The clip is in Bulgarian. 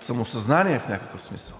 самосъзнание в някакъв смисъл